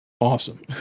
awesome